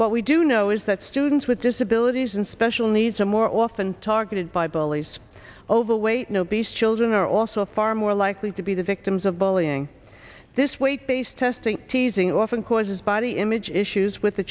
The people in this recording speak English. what we do know is that students with disabilities and special needs are more often targeted by bullies overweight and obese children are also far more likely to be the victims of bullying this weight based testing teasing often causes body image issues with the